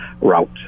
route